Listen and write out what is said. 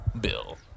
Bill